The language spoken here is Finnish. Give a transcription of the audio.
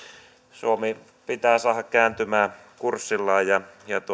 suomi pitää saada kääntymään kurssillaan ja